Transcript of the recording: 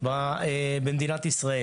במדינת ישראל.